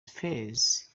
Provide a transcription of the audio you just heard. phase